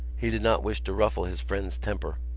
he did not wish to ruffle his friend's temper,